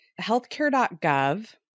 Healthcare.gov